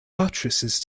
buttresses